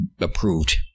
approved